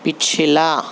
پچھلا